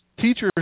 Teachers